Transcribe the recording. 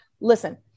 listen